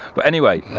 but anyway.